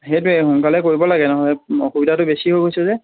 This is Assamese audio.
হেইটোৱে সোনকালে কৰিব লাগে নহ'লে অসুবিধাটো বেছি হৈ গৈছে যে